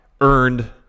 earned